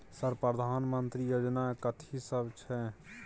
Sir प्रधानमंत्री योजना कथि सब छै?